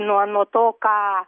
nuo nuo to ką